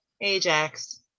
Ajax